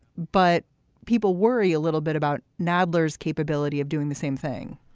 but people worry a little bit about nadler's capability of doing the same thing